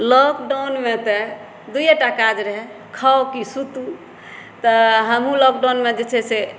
लॉकडाउनमे तऽ दूयेटा काज रहय खाऊ की सूतू तऽ हमहुँ लॉकडाउनमे जे छै से